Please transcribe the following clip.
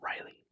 Riley